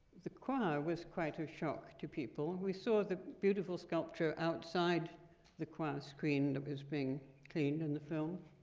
the choir was quite a shock to people. and we saw the beautiful sculpture outside the choir screen that was being cleaned in the film.